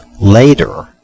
later